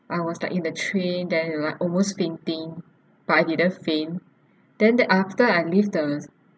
I was stuck in the train then like almost fainting but I didn't faint then then after I leave the